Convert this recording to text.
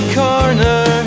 corner